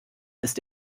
ist